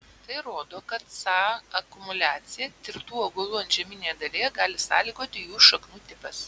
tai rodo kad ca akumuliaciją tirtų augalų antžeminėje dalyje gali sąlygoti jų šaknų tipas